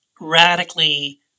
radically